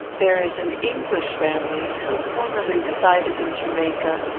there is an english family, who formerly resided in jamaica,